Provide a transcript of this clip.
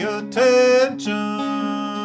attention